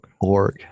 Org